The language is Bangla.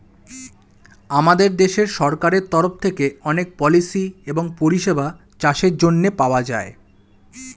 আমাদের দেশের সরকারের তরফ থেকে অনেক পলিসি এবং পরিষেবা চাষের জন্যে পাওয়া যায়